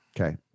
Okay